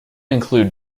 include